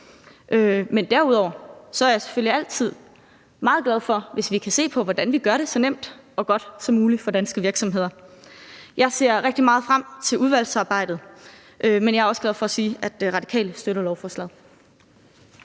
Men derudover er jeg selvfølgelig altid meget glad for, hvis vi kan se på, hvordan vi gør det så nemt og godt som muligt for danske virksomheder. Jeg ser rigtig meget frem til udvalgsarbejdet, men jeg er også glad for at sige, at Radikale støtter lovforslaget.